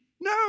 No